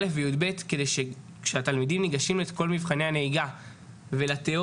ולי"ב כדי שכשהתלמידים ניגשים לכל מבחני הנהיגה ולתיאוריה